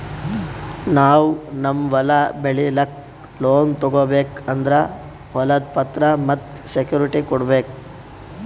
ನಾವ್ ನಮ್ ಹೊಲ ಬೆಳಿಲಿಕ್ಕ್ ಲೋನ್ ತಗೋಬೇಕ್ ಅಂದ್ರ ಹೊಲದ್ ಪತ್ರ ಮತ್ತ್ ಸೆಕ್ಯೂರಿಟಿ ಕೊಡ್ಬೇಕ್